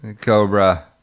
Cobra